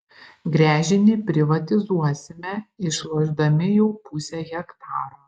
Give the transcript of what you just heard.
gręžinį privatizuosime išlošdami jau pusę hektaro